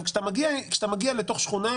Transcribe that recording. כשאתה מגיע לתוך שכונה,